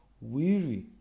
Weary